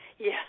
Yes